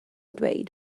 dweud